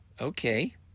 Okay